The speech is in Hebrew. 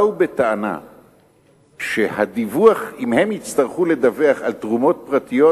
באו בטענה שאם הם יצטרכו לדווח על תרומות פרטיות,